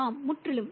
ஆம் முற்றிலும்